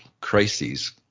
crises